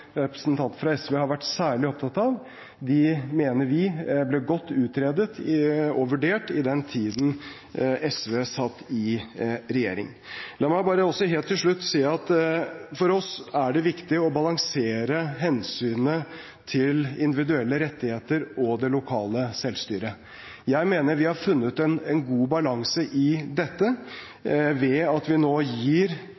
representanten fra SV har vært særlig opptatt av, mener vi ble godt utredet og vurdert da SV satt i regjering. La meg også, helt til slutt, si at for oss er det viktig å balansere hensynet til individuelle rettigheter med hensynet til det lokale selvstyret. Jeg mener vi har funnet en god balanse i